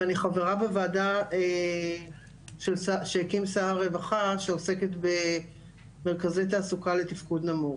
ואני חברה בוועדה שהקים שר הרווחה שעוסקת במרכזי תעסוקה לתפקוד נמוך.